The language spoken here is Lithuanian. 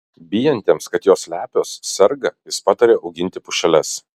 bijantiems kad jos lepios serga jis pataria auginti pušeles